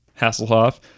hasselhoff